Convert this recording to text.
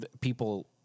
people